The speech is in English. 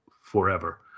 forever